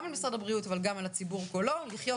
גם על משרד הבריאות אבל גם על הציבור כולו לחיות